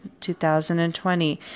2020